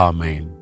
Amen